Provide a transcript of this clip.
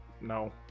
no